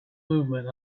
movement